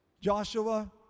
Joshua